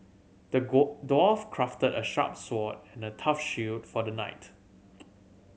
the dwarf crafted a sharp sword and a tough shield for the knight